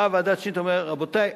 באה ועדת-שניט ואומרת: רבותי,